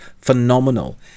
phenomenal